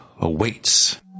awaits